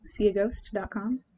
SeeAGhost.com